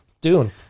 Dune